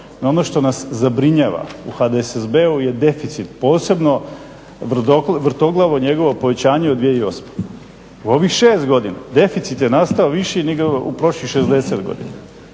ono što nas zabrinjava u HDSSB-u je deficit, posebno vrtoglavo njegovo povećanje od 2008. U ovih 6 godina deficit je nastao viši nego u prošlih 60 godina.